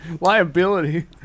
Liability